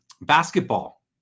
basketball